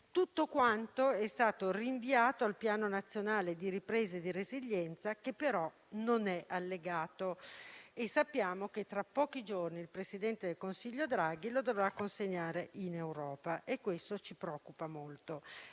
Tutto è stato infatti rinviato al Piano nazionale di ripresa e resilienza, che però non è allegato. Sappiamo che tra pochi giorni il presidente del Consiglio Draghi lo dovrà consegnare in Europa e questo ci preoccupa molto.